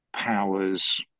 powers